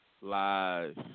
live